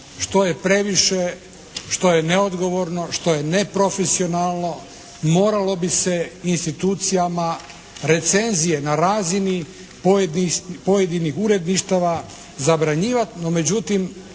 što je previše, što je neodgovorno, što je neprofesionalno moralo bi se institucijama recenzije na razini pojedinih uredništava zabranjivati.